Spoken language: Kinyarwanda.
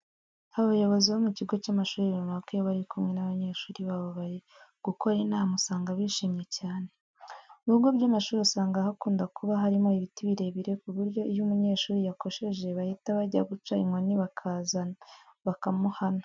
Abayobozi bo mu kigo cy'ishuri runaka iyo bari kumwe n'abanyeshuri babo bari gukora inama usanga bishimye cyane. Mu bigo by'amashuri usanga hakunda kuba harimo ibiti birebire ku buryo iyo umunyeshuri yakosheje bahita bajya guca inkoni bakaza bakamuhana.